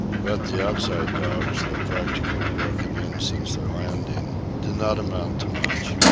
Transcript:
but the outside dogs, though practically broken in since their landing, did not amount to much.